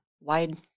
wide